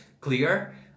clear